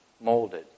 molded